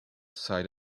side